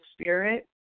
spirit